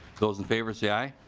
those in favor say aye.